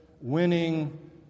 winning